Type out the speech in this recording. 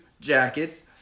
Jackets